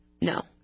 No